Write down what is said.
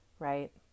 right